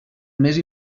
més